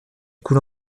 coule